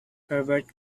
herbert